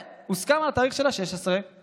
והוסכם על התאריך 16 במרץ.